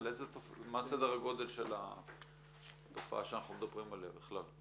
מה סדר הגודל של התופעה שאנחנו מדברים עליה בכלל,